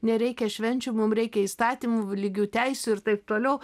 nereikia švenčių mum reikia įstatymu lygių teisių ir taip toliau